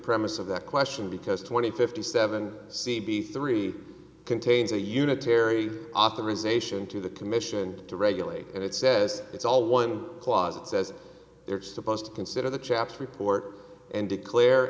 premise of that question because twenty fifty seven c b three contains a unitary authorization to the commission to regulate and it says it's all one clause it says they're supposed to consider the chaps report and declare